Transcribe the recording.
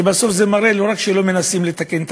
שמראות שבסוף לא רק שלא מנסים לתקן את